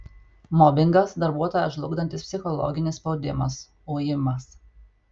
mobingas darbuotoją žlugdantis psichologinis spaudimas ujimas